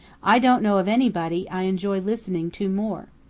i don't know of anybody i enjoy listening to more.